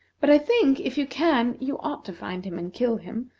but i think, if you can, you ought to find him and kill him,